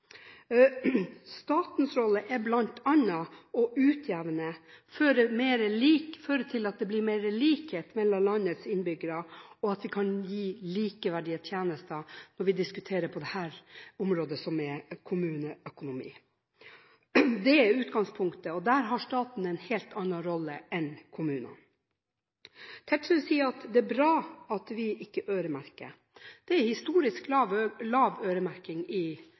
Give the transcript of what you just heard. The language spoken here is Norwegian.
Statens rolle er bl.a. å utjevne, føre til at det blir mer likhet mellom landets innbyggere, og at vi kan gi likeverdige tjenester når vi diskuterer området kommuneøkonomi. Det er utgangspunktet, og der har staten en helt annen rolle enn kommunene. Tetzschner sier det er bra at vi ikke øremerker. Det er historisk lav øremerking i